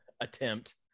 attempt